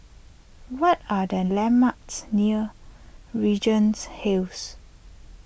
what are the landmarks near Regent Heights